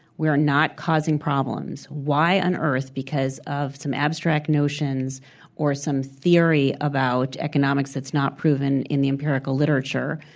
we are not causing problems, why on earth, because of some abstract notion or some theory about economics that's not proven in the empirical literature,